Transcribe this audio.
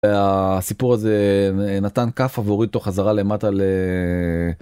הסיפור הזה נתן כאפה עבורי תוך חזרה למטה ל...